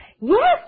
yes